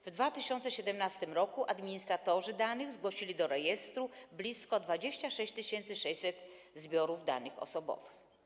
W 2017 r. administratorzy danych zgłosili do rejestru blisko 26 600 zbiorów danych osobowych.